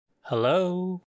Hello